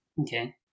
Okay